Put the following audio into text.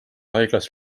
haiglas